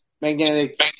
magnetic